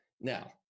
now